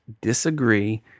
disagree